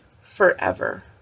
forever